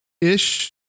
ish